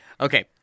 Okay